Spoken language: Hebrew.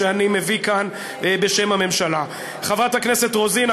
שאני מביא כאן בשם הממשלה: חברת הכנסת רוזין,